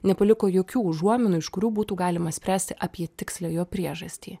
nepaliko jokių užuominų iš kurių būtų galima spręsti apie tikslią jo priežastį